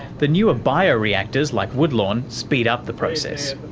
the newer bioreactors like woodlawn speed up the process.